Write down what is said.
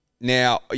Now